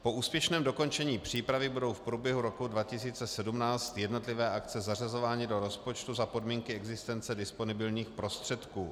Po úspěšném dokončení přípravy budou v průběhu roku 2017 jednotlivé akce zařazovány do rozpočtu za podmínky existence disponibilních prostředků.